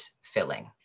filling